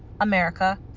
America